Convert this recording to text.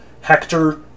Hector